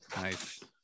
Nice